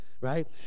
right